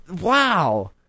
Wow